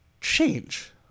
change